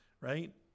right